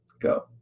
Go